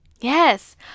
Yes